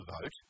vote